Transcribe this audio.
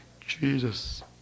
Jesus